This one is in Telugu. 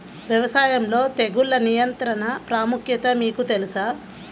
వ్యవసాయంలో తెగుళ్ల నియంత్రణ ప్రాముఖ్యత మీకు తెలుసా?